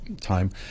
time